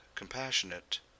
Compassionate